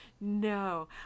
No